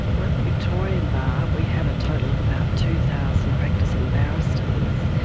well, at the victorian bar we have a total of about two thousand practising barristers,